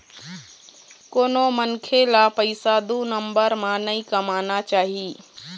कोनो मनखे ल पइसा दू नंबर म नइ कमाना चाही